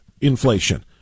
inflation